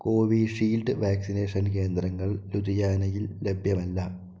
Covishield vaccination കേന്ദ്രങ്ങൾ ലുധിയാനയിൽ ലഭ്യമല്ല